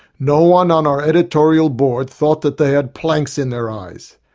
no one on our editorial board thought that they had planks in their eyes.